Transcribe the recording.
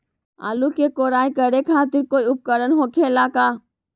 आलू के कोराई करे खातिर कोई उपकरण हो खेला का?